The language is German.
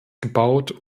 gebaut